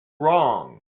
wrong